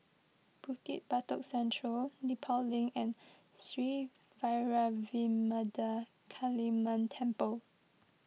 Bukit Batok Central Nepal Link and Sri Vairavimada Kaliamman Temple